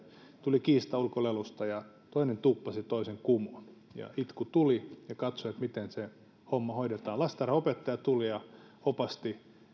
tuli kiista ulkolelusta ja toinen tuuppasi toisen kumoon itku tuli ja katsoin miten se homma hoidetaan lastentarhanopettaja tuli ja opasti